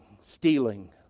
stealing